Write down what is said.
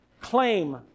claim